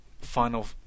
Final